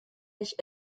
ich